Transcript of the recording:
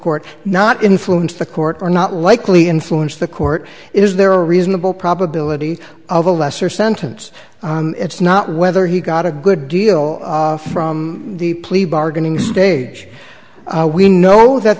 court not influenced the court or not likely influenced the court is there a reasonable probability of a lesser sentence it's not whether he got a good deal from the plea bargaining stage we know that